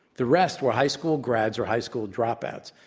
the rest were high school grads or high school dropouts.